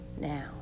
now